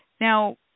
now